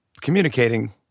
communicating